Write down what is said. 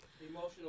Emotional